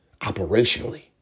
operationally